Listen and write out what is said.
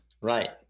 Right